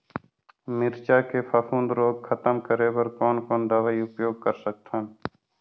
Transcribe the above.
मिरचा के फफूंद रोग खतम करे बर कौन कौन दवई उपयोग कर सकत हन?